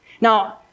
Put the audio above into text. Now